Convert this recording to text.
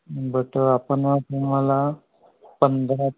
but आपण तुम्हाला पंधरा